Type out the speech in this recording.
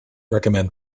recommend